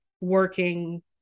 working